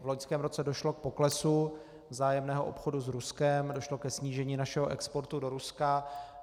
V loňském roce došlo k poklesu vzájemného obchodu s Ruskem a došlo ke snížení našeho exportu do Ruska.